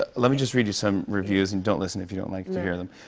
ah let me just read you some reviews. and don't listen if you don't like to hear them.